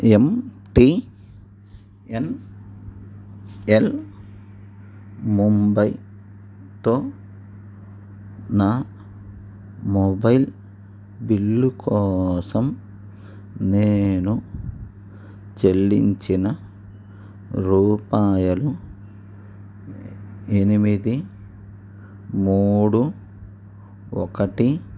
MTNL ముంబైతో నా mobile bill కోసం నేను చెల్లించిన రూపాయలు ఎనిమిది మూడు ఒకటి